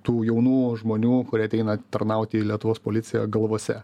tų jaunų žmonių kurie ateina tarnauti į lietuvos policiją galvose